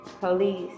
police